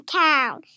town